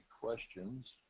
questions